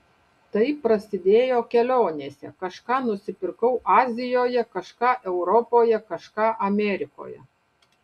tai prasidėjo kelionėse kažką nusipirkau azijoje kažką europoje kažką amerikoje